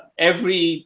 every